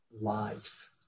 life